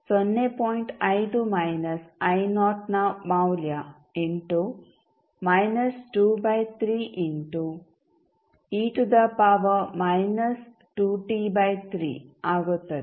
5 minus I naught ನ ಮೌಲ್ಯ into minus 2 by 3 into e to the power minus 2t by 3 ಆಗುತ್ತದೆ